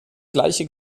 gleiche